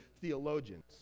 theologians